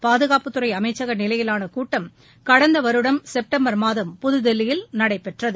பாதுகாப்புத்துறை அமைச்சக நிலையிவான கூட்டம் கடந்த வருடம் செப்டம்பர் மாதம் புதுதில்லியில் நடைபெற்றது